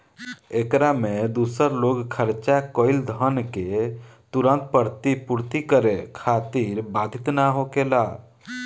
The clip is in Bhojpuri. एकरा में दूसर लोग खर्चा कईल धन के तुरंत प्रतिपूर्ति करे खातिर बाधित ना होखेला